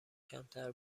کمتر